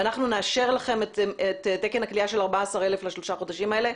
ואנחנו נאשר לכם את תקן הכליאה של 14,000 לשלושה חודשים האלה,